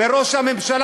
וראש הממשלה,